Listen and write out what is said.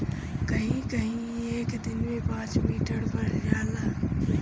कहीं कहीं ई एक दिन में पाँच मीटर बढ़ जाला